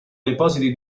depositi